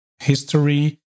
history